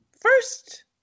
first